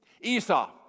Esau